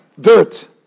dirt